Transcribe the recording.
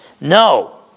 No